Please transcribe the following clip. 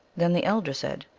then the elder said,